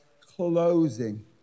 closing